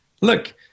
look